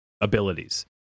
abilities